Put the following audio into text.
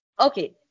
Okay